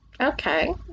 Okay